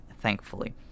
thankfully